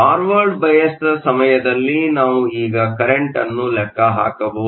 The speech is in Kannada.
ಫಾರ್ವರ್ಡ್ ಬಯಾಸ್Forward biasನ ಸಮಯದಲ್ಲಿ ನಾವು ಈಗ ಕರೆಂಟ್ ಅನ್ನು ಲೆಕ್ಕ ಹಾಕಬಹುದು